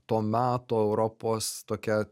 to meto europos tokią